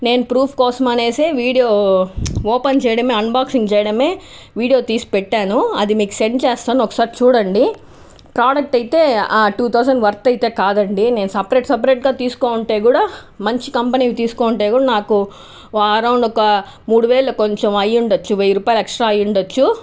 నేను ప్రూఫ్ కోసం అనే వీడియో ఓపెన్ చేయడమే అన్బాక్సింగ్ చేయడమే వీడియో తీసి పెట్టాను అది మీకు సెండ్ చేస్తాను ఒకసారి చూడండి ప్రోడక్ట్ అయితే ఆ టు థౌజండ్ వర్త్ అయితే కాదు అండి నేను సపరేట్ సపరేట్గా తీసుకోనివుంటే కూడా మంచి కంపెనీవి తీసుకోనివుంటే కూడా నాకు అరౌండ్ ఒక మూడు వేళలో కొంచెం అయ్యుండవచ్చు వెయ్యి రూపాయలు ఎక్స్ట్రా అయ్యుండవచ్చు